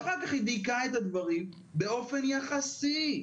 ואחר כך היא דייקה את הדברים באופן יחסי,